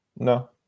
No